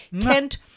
Kent